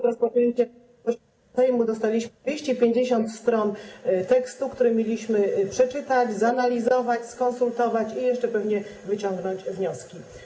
Przed rozpoczęciem posiedzenia Sejmu dostaliśmy 250 stron tekstu, który mieliśmy przeczytać, zanalizować, skonsultować i jeszcze pewnie wyciągnąć wnioski.